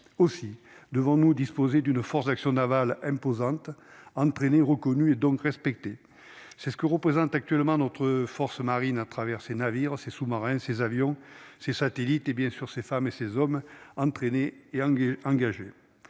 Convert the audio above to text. aussi devons-nous disposer d'une force d'action navale imposante entraîner reconnue et donc respectée, c'est ce que représente actuellement notre force Marine à travers ses navires, ses sous-marins ses avions, ses satellites et, bien sûr, ces femmes et ces hommes entraînés et engagé